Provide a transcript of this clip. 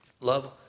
Love